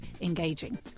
engaging